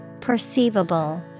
Perceivable